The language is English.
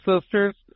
sisters